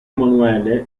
emanuele